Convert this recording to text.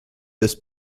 des